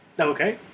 Okay